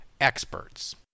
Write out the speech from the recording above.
experts